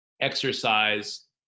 exercise